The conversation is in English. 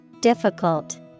Difficult